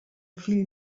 fill